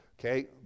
Okay